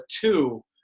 two